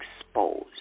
exposed